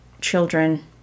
children